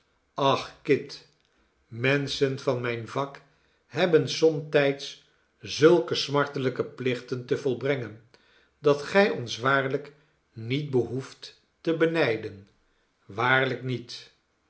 ach kit menschen van mijn vak hebben somtijds zulke smartelijke plichten te volbrengen dat gij ons waarlijk niet behoeft te benijden waarlijk niet